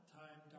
time